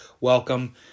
welcome